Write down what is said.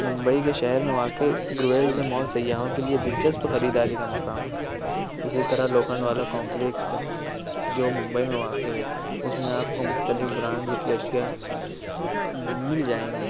ممبئی کے شہر میں واقع گروویلز مال سیاحوں کے لیے دلچسپ خریداری کا مقام ہے اسی طرح لوکھنڈ والا کمپلیکس جو ممبئی میں واقع ہے اس میں آپ کو مختلف برانڈز کی اشیا مل جائیں گی